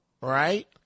right